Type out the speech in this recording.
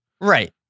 Right